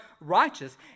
righteous